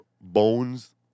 bones